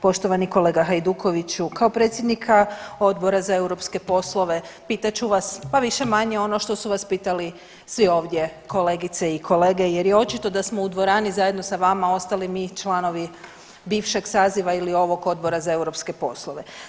Poštovani kolega Hajdukoviću kao predsjednika Odbora za europske poslove pitat ću vas pa više-manje ono što su vas pitali svi ovdje kolegice i kolege jer je očito da smo u dvorani zajedno sa vama ostali mi članovi bivšeg saziva ili ovog Odbora za europske poslove.